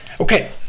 Okay